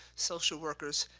social workers,